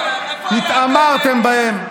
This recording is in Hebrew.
התעמרתם בהם.